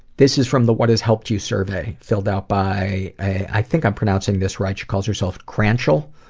this is from the what has helped you? survey, filled out by i think i'm pronouncing this right she calls herself cranshall